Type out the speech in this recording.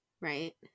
right